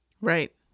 Right